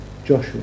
Joshua